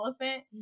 elephant